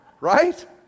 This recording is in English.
right